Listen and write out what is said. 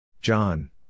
John